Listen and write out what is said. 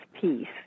Peace